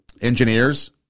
engineers